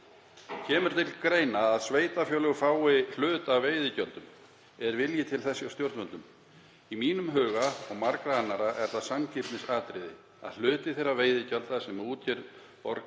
Kemur til greina að sveitarfélög fái hluta af veiðigjöldum? Er vilji til þess hjá stjórnvöldum? Í mínum huga og margra annarra er það sanngirnisatriði að hluti þeirra veiðigjalda sem útgerðin